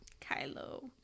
Kylo